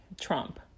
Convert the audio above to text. Trump